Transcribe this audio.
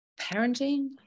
parenting